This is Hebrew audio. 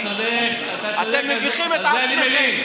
אתה צודק, אתה צודק, אתם מביכים את עצמכם.